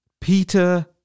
Peter